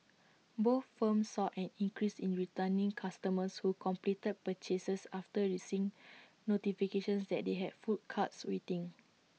both firms saw an increase in returning customers who completed purchases after receiving notifications that they had full carts waiting